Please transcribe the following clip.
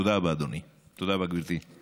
תודה רבה, אדוני, תודה רבה, גברתי.